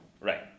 Right